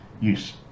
use